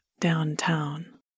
downtown